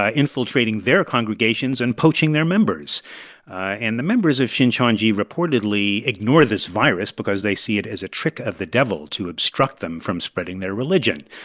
ah infiltrating their congregations and poaching their members and the members of shincheonji reportedly ignore this virus because they see it as a trick of the devil to obstruct them from spreading their religion.